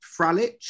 Fralich